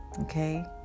Okay